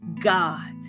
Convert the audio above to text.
God